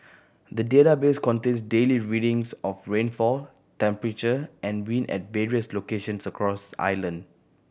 the database contains daily readings of rainfall temperature and wind at various locations across island